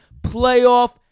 playoff